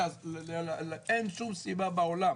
אין שום סיבה בעולם,